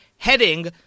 heading